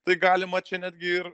tai galima čia netgi ir